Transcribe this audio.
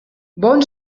bon